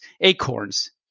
acorns